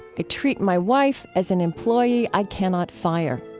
i treat my wife as an employee i cannot fire.